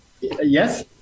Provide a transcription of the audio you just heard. Yes